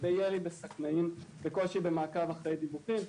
בירי בשקנאים וקושי במעקב אחרי דיווחים,